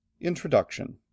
Introduction